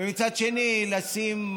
ומצד שני לשים,